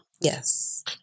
Yes